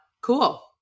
cool